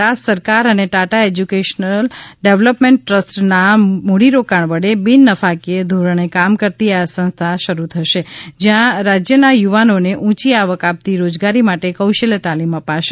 ગુજરાત સરકાર અને અને ટાટા એજ્યુકેશન ડેવલપમેન્ટ ટ્રસ્ટના મૂડીરોકાણ વડે બિન નફાકીય ધોરણે કામ કરતી આ સંસ્થા શરૂ થશે જ્યાં રાજ્યના યુવાનોને ઊંચી આવક આપતી રોજગારી માટે કૌશલ્ય તાલીમ અપાશે